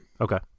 Okay